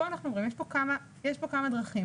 כאן אנחנו אומרים שיש כאן כמה דרכים.